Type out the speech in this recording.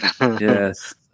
Yes